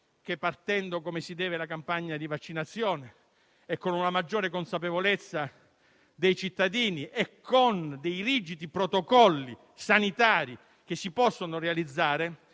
che, partendo come si deve la campagna di vaccinazione, con una maggiore consapevolezza da parte dei cittadini e rigidi protocolli sanitari, che si possono senz'altro